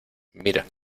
mira